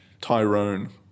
Tyrone